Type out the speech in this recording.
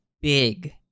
Big